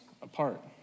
apart